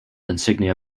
insignia